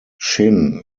shin